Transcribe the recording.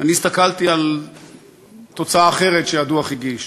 אני הסתכלתי על תוצאה אחרת שהדוח הגיש,